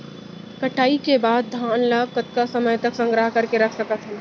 कटाई के बाद धान ला कतका समय तक संग्रह करके रख सकथन?